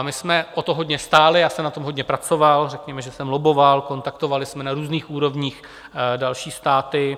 My jsme o to hodně stáli, já jsem na tom hodně pracoval, řekněme, že jsem lobboval, kontaktovali jsme na různých úrovních další státy.